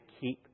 keep